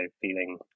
feeling